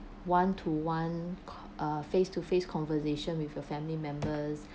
one-to-one uh face-to-face conversation with your family members